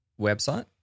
website